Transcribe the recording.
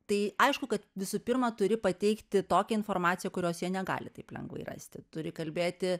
tai aišku kad visų pirma turi pateikti tokią informaciją kurios jie negali taip lengvai rasti turi kalbėti